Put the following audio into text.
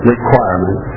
Requirement